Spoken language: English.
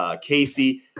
Casey